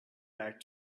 back